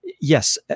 Yes